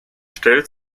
stellt